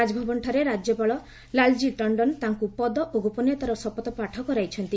ରାଜ୍ୟଭବନଠାରେ ରାଜ୍ୟପାଳ ଲାଲ୍ଜୀ ଟଣ୍ଡନ ତାଙ୍କୁ ପଦ ଓ ଗୋପନୀୟତାର ଶପଥପାଠ କରାଇଛନ୍ତି